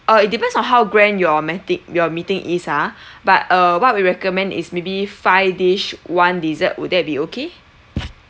uh it depends on how grand your your meeting is ah but uh what we recommend is maybe five dish one dessert would there be okay